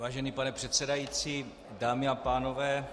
Vážený pane předsedající, dámy a pánové.